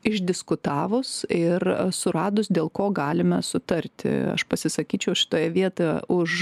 išdiskutavus ir suradus dėl ko galime sutarti aš pasisakyčiau šitoje vietoje už